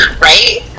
right